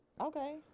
Okay